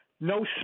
No